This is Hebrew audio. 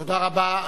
תודה רבה.